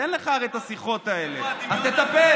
הרי אין לך את השיחות האלה, אז תטפל.